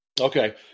Okay